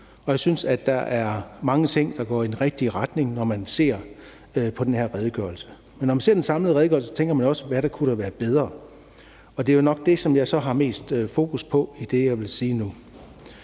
og jeg synes, at der er mange ting, der går i den rigtige retning, når man ser på den her redegørelse. Men når man ser på den samlede redegørelse, tænker man også, hvad der kunne være bedre, og det er jo nok det, som jeg har mest fokus på i det, jeg vil sige nu.